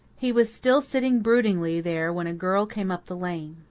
he was still sitting broodingly there when a girl came up the lane.